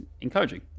encouraging